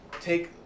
take